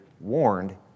warned